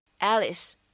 Alice